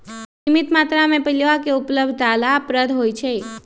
सीमित मत्रा में पिलुआ के उपलब्धता लाभप्रद होइ छइ